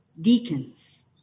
deacons